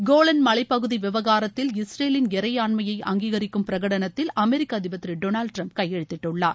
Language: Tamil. கோலன் மலைப் பகுதி விவகாரத்தில் இஸ்ரேலின் இறையான்மையை அங்கீகரிக்கும் பிரகடனத்தில் அமெரிக்க அதிபர் திரு டொனால்டு டிரம்ப் கையெழுத்திட்டுள்ளார்